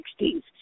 1960s